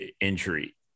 injury